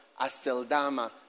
Aseldama